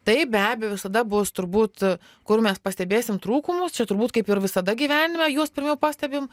taip be abejo visada bus turbūt kur mes pastebėsim trūkumus čia turbūt kaip ir visada gyvenime juos pirmiau pastebim